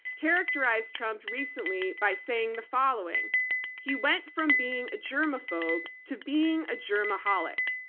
characterized trump recently by saying the following he went from being a germaphobe to being a germaholic.